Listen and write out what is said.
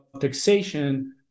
taxation